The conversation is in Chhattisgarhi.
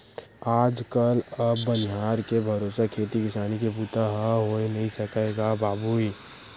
आज कल अब बनिहार के भरोसा खेती किसानी के बूता ह होय नइ सकय गा बाबूय